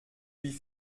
wie